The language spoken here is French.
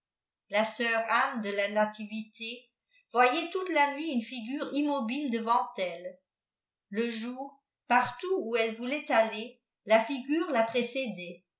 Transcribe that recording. la sœur anne de la nativité voyait toute la unit une ligure immobile devant elle le jour partout où elle voulait aller la figure la précédait